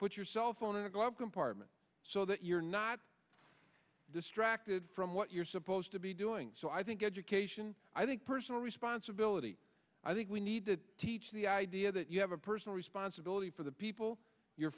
put your cell phone in a glove compartment so that you're not distracted from what you're supposed to be doing so i think education i think personal responsibility i think we need to teach the idea that you have a personal responsibility for the people you